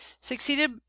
succeeded